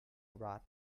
wrath